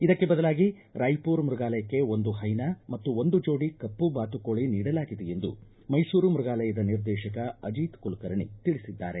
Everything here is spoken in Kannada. ಇದಕ್ಕೆ ಬದಲಾಗಿ ರಾಯ್ಪುರ್ ಮೃಗಾಲಯಕ್ಕೆ ಒಂದು ಹೈನಾ ಮತ್ತು ಒಂದು ಜೋಡಿ ಕಪ್ಪು ಬಾತುಕೋಳ ನೀಡಲಾಗಿದೆ ಎಂದು ಮೈಸೂರು ಮೃಗಾಲಯದ ನಿರ್ದೇಶಕ ಅಜೆತ್ ಕುಲಕರ್ಣೆ ತಿಳಿಸಿದ್ದಾರೆ